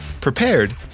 prepared